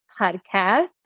podcast